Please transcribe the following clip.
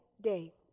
day